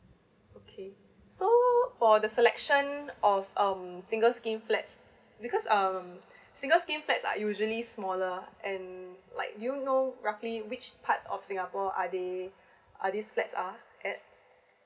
okay so for the selection of um singles scheme flats because um single scheme flat are usually smaller and like you know roughly which part of singapore are they are this flats are at